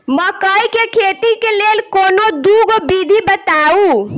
मकई केँ खेती केँ लेल कोनो दुगो विधि बताऊ?